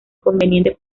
conveniente